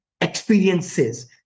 experiences